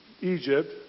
Egypt